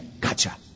gotcha